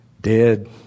dead